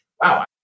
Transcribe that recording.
wow